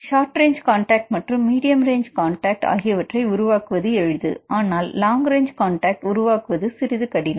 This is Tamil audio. ஷார்ட் ரேஞ்சு கான்டக்ட் மற்றும் மீடியம் ரேஞ்ச் காண்டாக்ட் ஆகியவற்றை உருவாக்குவது எளிது ஆனால் லாங் ரேஞ்சு கான்டக்ட் உருவாக்குவது சிறிது கடினம்